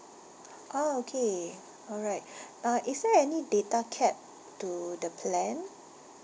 orh okay alright uh is there any data cap to the plan